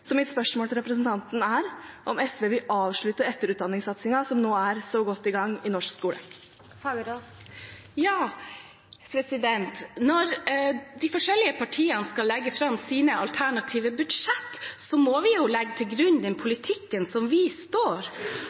Mitt spørsmål til representanten Fagerås er om SV vil avslutte etterutdanningssatsingen som nå er så godt i gang i norsk skole? Når de forskjellige partiene skal legge fram sine alternative budsjett, må de jo legge til grunn den politikken de står